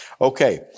Okay